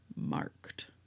marked